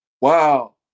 wow